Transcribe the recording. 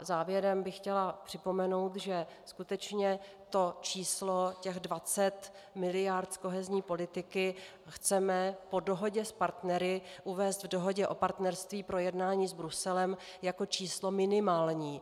Závěrem bych chtěla připomenout, že skutečně to číslo 20 miliard z kohezní politiky chceme po dohodě s partnery uvést v dohodě o partnerství pro jednání s Bruselem jako číslo minimální.